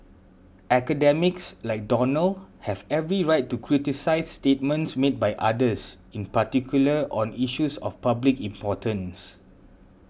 academics like Donald have every right to criticise statements made by others in particular on issues of public importance